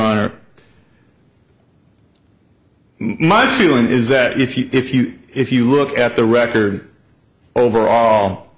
honor my feeling is that if you if you if you look at the record overall